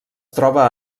troba